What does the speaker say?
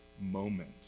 moment